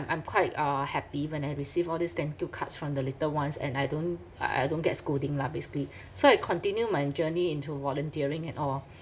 I'm quite uh happy when I receive all these thank you cards from the little ones and I don't I I don't get scolding lah basically so I continue my journey into volunteering and all